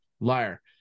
liar